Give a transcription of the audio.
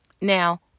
Now